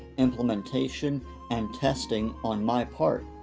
implementation and testing on my part.